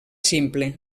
simple